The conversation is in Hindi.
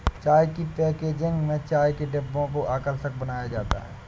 चाय की पैकेजिंग में चाय के डिब्बों को आकर्षक बनाया जाता है